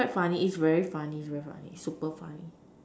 it's quite funny it's very funny it's very funny super funny